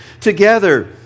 together